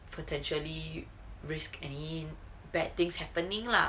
potentially risk any bad things happening lah